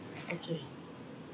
okay